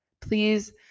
Please